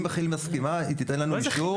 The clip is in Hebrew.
אם כי"ל מסכימה היא תיתן לנו אישור.